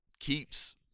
keeps